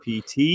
PT